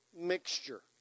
mixture